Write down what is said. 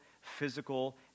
physical